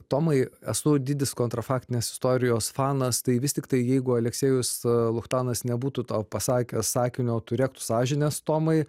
tomai esu didis kontrafaktinės istorijos fanas tai vis tiktai jeigu aleksiejus luchtanas nebūtų to pasakęs sakinio turėk tu sąžinės tomai